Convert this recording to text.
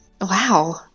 wow